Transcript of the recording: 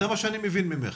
זה מה שאני מבין ממך.